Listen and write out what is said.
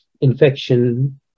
infection